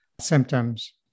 symptoms